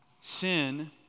Sin